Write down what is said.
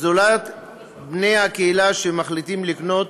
זולת על ידי בני הקהילה שמחליטים לקנות